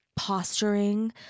posturing